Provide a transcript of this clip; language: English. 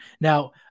Now